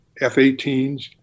F-18s